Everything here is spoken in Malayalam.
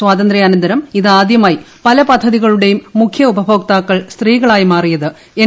സ്വാതന്ത്ര്യാനന്തരം ഇത് ആദ്യമായി പല പദ്ധതികളുടെയും മുഖ്യ ഉപഭോക്താക്കൾ സ്ത്രീകളായി മാറിയത് എൻ